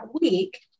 week